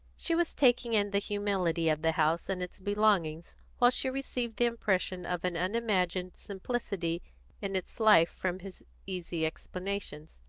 she was taking in the humility of the house and its belongings while she received the impression of an unimagined simplicity in its life from his easy explanations.